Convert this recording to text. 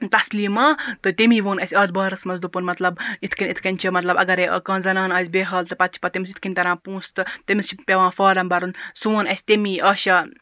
تَسلیٖما تہٕ تمی ووٚن اَسہِ اتھ بارَس مَنٛز دوٚپُن مَطلَب یِتھ کَنۍ یِتھ کَنۍ چھِ مَطلَب اَگَر کانٛہہ زَنانہ آسہِ بے حال تہٕ پَتہ چھ پَتہ تمِس یِتھ کَنۍ تَران پونٛسہ تہٕ تمس چھ پیٚوان فارَم بَرُن سُہ ووٚن اَسہِ تمی آشاہَن